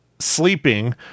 sleeping